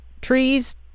trees